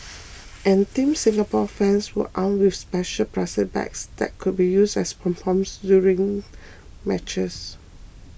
and Team Singapore fans were armed with special plastic bags that could be used as pom poms during matches